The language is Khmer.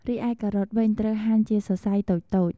រីឯការ៉ុតវិញ ត្រូវហាន់ជាសរសៃតូចៗ។